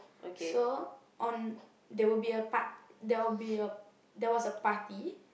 so on there will be a part~ there will be a~ there was a party